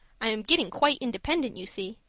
i am getting quite independent, you see.